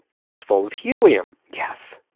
it was full of helium yes.